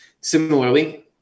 similarly